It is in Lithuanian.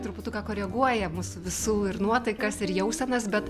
truputuką koreguoja mūsų visų ir nuotaikas ir jausenas bet